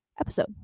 episode